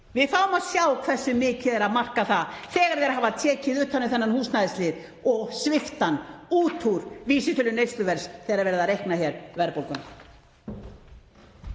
Við fáum að sjá hversu mikið er að marka það þegar þeir hafa tekið utan um þennan húsnæðislið og svipt honum út úr vísitölu neysluverðs þegar verið er að reikna hér verðbólguna.